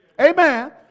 Amen